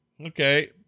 Okay